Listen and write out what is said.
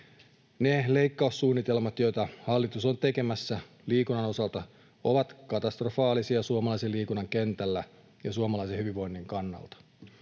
Ne leikkaussuunnitelmat, joita hallitus on tekemässä liikunnan osalta, ovat katastrofaalisia suomalaisen liikunnan kentällä ja suomalaisen hyvinvoinnin kannalta.